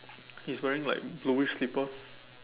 he's wearing like blueish slipper